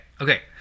Okay